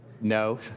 No